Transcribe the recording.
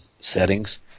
settings